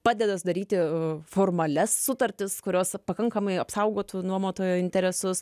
padeda sudaryti formalias sutartis kurios pakankamai apsaugotų nuomotojo interesus